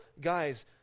guys